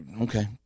Okay